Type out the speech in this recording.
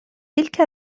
تلك